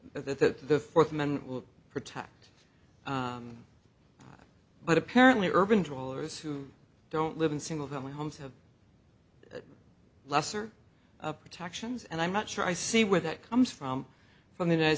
the fourth amendment will protect but apparently urban jewelers who don't live in single family homes have lesser protections and i'm not sure i see where that comes from from the ni